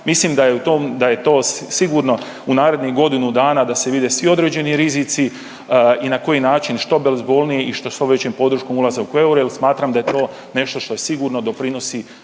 Mislim da je u tom sigurno u narednih godinu dana da se vide svi određeni rizici i na koji način što bezbolnije i sa što većom podrškom ulazak u euro jer smatram da je to nešto što je sigurno doprinosi